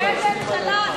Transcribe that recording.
אין ממשלה,